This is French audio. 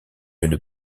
une